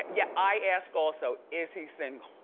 yeah, i ask also, is he single?